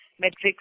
metrics